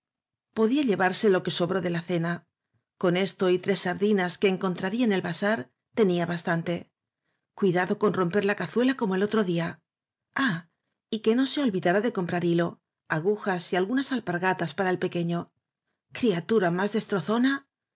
podía llevarse lo que sobró de la cena con esto y tres sardinas que encontraría en el vasar tenía bastante cuidado con romper la cazuela como el otro día ah y que no se olvidara de com prar hilo agujas y unas alpargatas para el pe queño criatura más